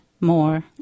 more